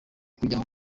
kujyanwa